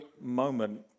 moment